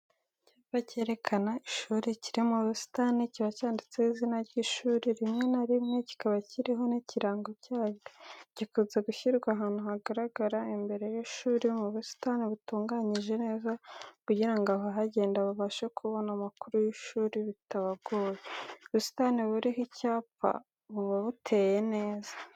Icyapa cyerekana ishuri kiri mu busitani kiba cyanditseho izina ry'ishuri, rimwe na rimwe kikaba kiriho n'ikirango cyaryo. Gikunze gushyirwa ahantu hagaragara imbere y’ishuri, mu busitani butunganyije neza, kugira ngo abahagenda babashe kubona amakuru y’ishuri bitabagoye, Ubusitani buriho icyapa buba buteye neza.